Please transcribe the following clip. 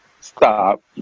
stop